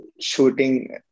shooting